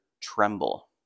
tremble